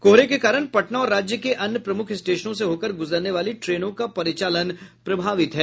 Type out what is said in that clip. कोहरे के कारण पटना और राज्य के अन्य प्रमुख स्टेशनों से होकर गुजरने वाली ट्रेनों का परिचालन प्रभावित है